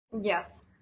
Yes